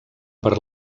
per